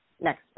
next